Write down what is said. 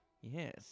Yes